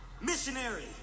Missionary